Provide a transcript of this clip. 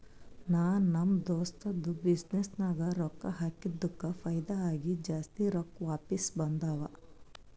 ನಾ ನಮ್ ದೋಸ್ತದು ಬಿಸಿನ್ನೆಸ್ ನಾಗ್ ರೊಕ್ಕಾ ಹಾಕಿದ್ದುಕ್ ಫೈದಾ ಆಗಿ ಜಾಸ್ತಿ ರೊಕ್ಕಾ ವಾಪಿಸ್ ಬಂದಾವ್